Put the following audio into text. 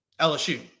LSU